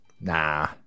Nah